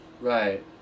Right